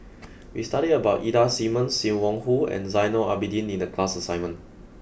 we studied about Ida Simmons Sim Wong Hoo and Zainal Abidin in the class assignment